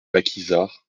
maquisards